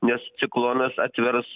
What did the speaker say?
nes ciklonas atvers